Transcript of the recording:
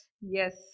Yes